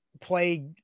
play